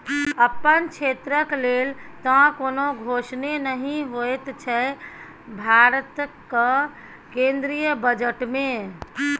अपन क्षेत्रक लेल तँ कोनो घोषणे नहि होएत छै भारतक केंद्रीय बजट मे